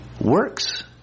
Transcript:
Works